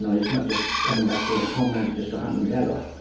and it's not just coming back to homelands just to hunt and gather,